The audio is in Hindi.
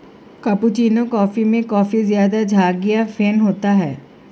कैपेचीनो कॉफी में काफी ज़्यादा झाग या फेन होता है